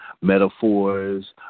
metaphors